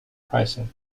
pricing